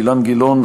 אילן גילאון,